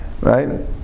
right